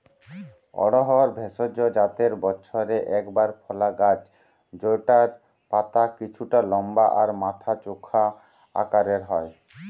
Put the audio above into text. অড়হর ভেষজ জাতের বছরে একবার ফলা গাছ জউটার পাতা কিছুটা লম্বা আর মাথা চোখা আকারের হয়